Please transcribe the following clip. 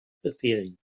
befehlen